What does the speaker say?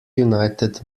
united